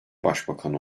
başbakanı